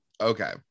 okay